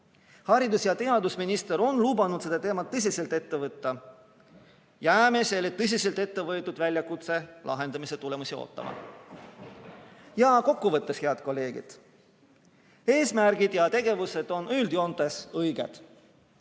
Haridus- ja teadusminister on lubanud selle teema tõsiselt ette võtta. Jääme selle tõsiselt ette võetud väljakutse lahendamise tulemusi ootama. Ja kokkuvõtteks. Head kolleegid, eesmärgid ja tegevused on üldjoontes õiged,